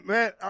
Man